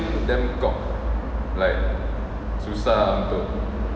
damn cock like susah untuk